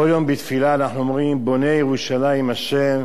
כל יום בתפילה אנחנו אומרים: "בונה ירושלים ה'